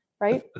right